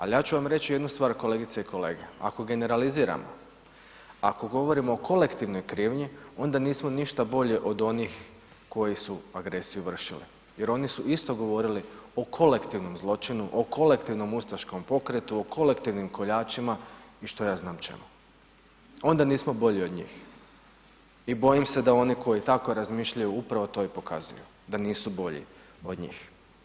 Ali ja ću vam reći jednu stvar kolegice i kolege, ako generaliziramo, ako govorimo o kolektivnoj krivnji onda nismo ništa bolji od onih koji su agresiju vršili jer oni su isto govorili o kolektivnom zločinu, o kolektivnom ustaškom pokretu, o kolektivnim koljačima i što ja znam čemu, onda nismo bolji od njih i bojim se da oni koji tako razmišljaju upravo to i pokazuju, da nisu bolji od njih.